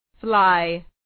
fly